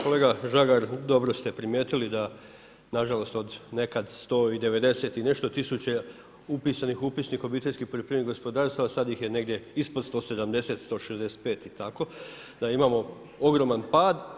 Kolega Žagar, dobro ste primijetili da na žalost od nekad sto i devedeset i nešto tisuća upisanih u Upisnik obiteljskih poljoprivrednih gospodarstava sad ih je negdje ispod 170, 165 i tako, da imamo ogroman pad.